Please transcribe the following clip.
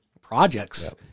projects